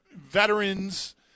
veterans